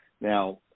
Now